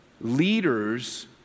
Leaders